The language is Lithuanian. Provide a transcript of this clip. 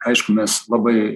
aišku mes labai